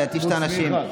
להתיש את האנשים.